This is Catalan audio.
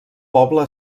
poble